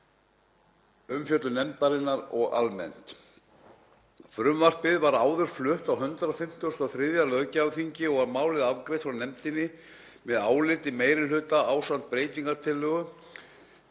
umfjöllun nefndarinnar almennt. Frumvarpið var áður flutt á 153. löggjafarþingi og var málið afgreitt frá nefndinni með áliti meiri hluta ásamt breytingartillögu